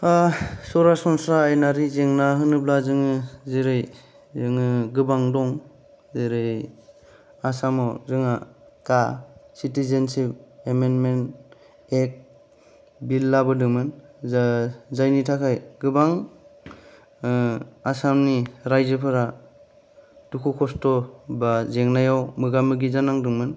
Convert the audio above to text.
सरासनस्रा आयेनारि जेंना होनोब्ला जोङो जेरै गोबां दं जेरै आसामाव जोंहा दा सिथिजेन्तसिब आमेनमेन्त एक्ट बिल लाबोदों मोन जायनि थाखाय गोबां आसामनि रायजोफोरा दुखु खस्थ बा जेंनायाव मोगा मोगि जानांदोंमोन